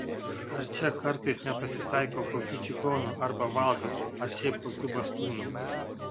ar čia kartais nepasitaiko kokių čigonų arba valkatų ar šiaip kokių bastūnų